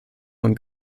von